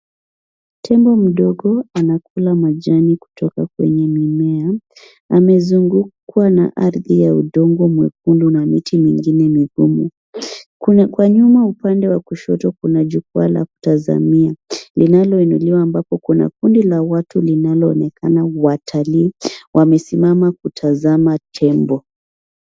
Tembo mdogo anakula majani kutoka kwenye mimea. Amezungukwa na ardhi ya udongo mwekundu na miti mingine migumu. Kwa nyuma upande wa kushoto kuna jukwaa la kutazamia, linaloinuliwa ambapo kuna kundi la watu linaloonekana watalii. Wamesimama kutazama tembo.